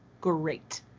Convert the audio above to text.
great